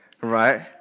right